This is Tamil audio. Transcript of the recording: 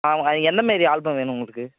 ஆ எந்தமாரி ஆல்பம் வேணும் உங்களுக்கு